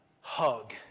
hug